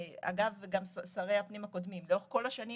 אגב גם שרי הפנים הקודמים, לאורך כל השנים